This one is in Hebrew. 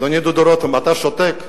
אדוני דודו רותם, אתה שותק?